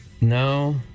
No